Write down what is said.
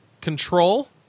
Control